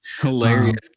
hilarious